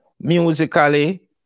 musically